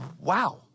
Wow